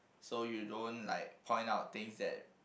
so you don't like point out things that